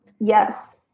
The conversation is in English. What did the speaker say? Yes